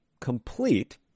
complete